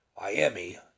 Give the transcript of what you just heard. Miami